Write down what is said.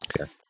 Okay